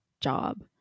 job